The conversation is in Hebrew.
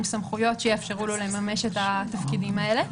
עם סמכויות שיאפשרו לו לממש את התפקידים האלה.